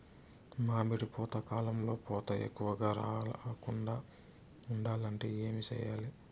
మామిడి పూత కాలంలో పూత ఎక్కువగా రాలకుండా ఉండాలంటే ఏమి చెయ్యాలి?